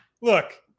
Look